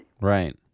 Right